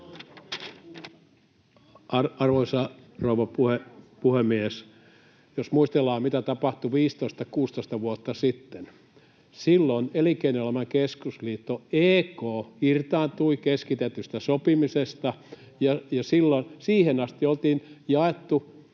Arvoisa rouva puhemies! Jos muistellaan, mitä tapahtui 15—16 vuotta sitten, niin silloin Elinkeinoelämän keskusliitto, EK, irtaantui keskitetystä sopimisesta. Siihen asti oltiin jaettu kansantalouden